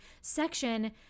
section